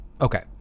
Okay